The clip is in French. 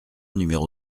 numéro